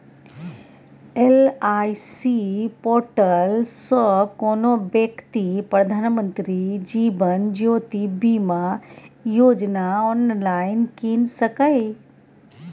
LIC portal सँ कोनो बेकती प्रधानमंत्री जीबन ज्योती बीमा योजना आँनलाइन कीन सकैए